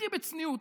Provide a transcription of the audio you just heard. הכי בצניעות,